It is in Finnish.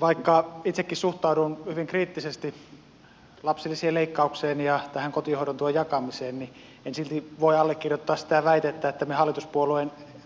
vaikka itsekin suhtaudun hyvin kriittisesti lapsilisien leikkaukseen ja kotihoidon tuen jakamiseen en silti voi allekirjoittaa sitä